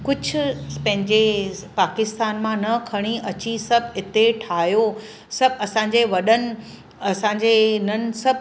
कुझु पंहिंजे पाकिस्तान मां न खणी अची सभु हिते ठाहियो सभु असांजे वॾनि असांजे हिननि सभु